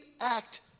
act